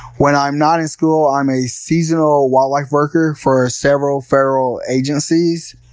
when i'm not in school i'm a seasonal wildlife worker for several federal agencies.